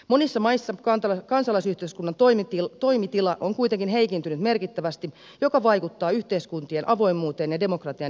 monissa maissa kansalaisyhteiskunnan toimitila on kuitenkin heikentynyt merkittävästi mikä vaikuttaa yhteiskuntien avoimuuteen ja demokratian edistämiseen